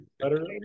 Better